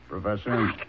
Professor